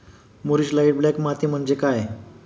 मूरिश light black माती म्हणजे काय?